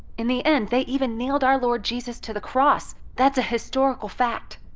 in the end, they even nailed our lord jesus to the cross. that's a historical fact!